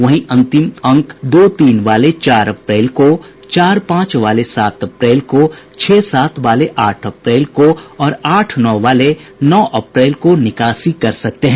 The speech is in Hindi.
वहीं अंतिम अंक दो तीन वाले चार अप्रैल को चार पांच वाले सात अप्रैल को छह सात वाले आठ अप्रैल को और आठ नौ वाले नौ अप्रैल को निकासी कर सकते हैं